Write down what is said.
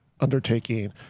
undertaking